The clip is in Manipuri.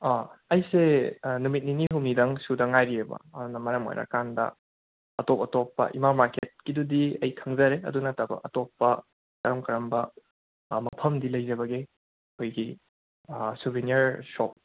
ꯑꯥ ꯑꯩꯁꯦ ꯅꯨꯃꯤꯠ ꯅꯤꯅꯤ ꯍꯨꯝꯅꯤꯗꯪ ꯁꯨꯗ ꯉꯥꯏꯔꯤꯌꯦꯕ ꯑꯗꯨꯅ ꯃꯔꯥꯝ ꯑꯣꯏꯔꯀꯥꯟꯗ ꯑꯇꯣꯞ ꯑꯇꯣꯞꯄ ꯏꯃꯥ ꯃꯥꯔꯀꯦꯠꯀꯤꯗꯨꯗꯤ ꯑꯩ ꯈꯪꯖꯔꯦ ꯑꯗꯨ ꯅꯠꯇꯕ ꯑꯇꯣꯞꯄ ꯀꯔꯝ ꯀꯔꯝꯕ ꯃꯐꯝꯗꯤ ꯂꯩꯖꯕꯒꯦ ꯑꯩꯈꯣꯏꯒꯤ ꯁꯣꯕꯤꯅ꯭ꯌꯥꯔ ꯁꯣꯞ